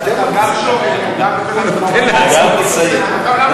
גם לא תשיב על השאלה,